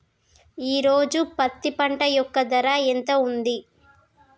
ఈ రోజు పత్తి పంట యొక్క ధర ఎంత ఉంది?